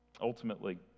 Ultimately